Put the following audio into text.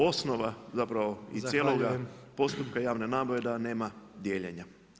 Osnova, zapravo i cijelog postupka javne nabave je da nema dijeljenja.